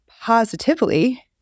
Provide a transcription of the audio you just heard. positively